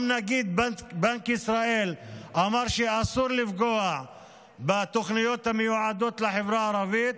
גם נגיד בנק ישראל אמר שאסור לפגוע בתוכניות המיועדות לחברה הערבית.